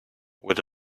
with